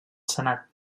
senat